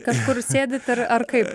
kažkur sėdit ar ar kaip